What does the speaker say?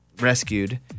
rescued